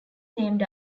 named